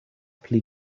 pli